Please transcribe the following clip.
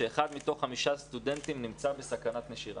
רואים שאחד מתוך חמישה סטודנטים נמצא בסכנת נשירה.